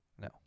no